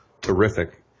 terrific